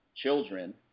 children